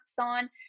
on